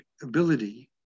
ability